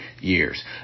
years